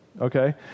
okay